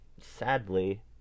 Sadly